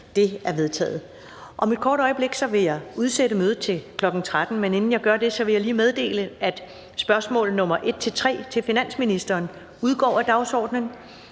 (Karen Ellemann): Om et kort øjeblik vil jeg udsætte mødet til kl. 13, men inden jeg gør det, vil jeg lige meddele, at spørgsmål nr. 1-3 til finansministeren (S 1040,